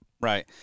right